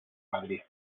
madrid